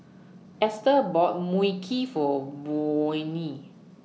Esther bought Mui Kee For Vonnie